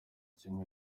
kimwe